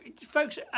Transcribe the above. Folks